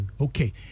Okay